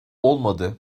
olmadı